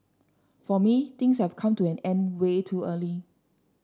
for me things have come to an end way too early